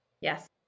Yes